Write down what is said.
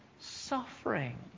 suffering